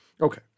Okay